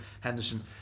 Henderson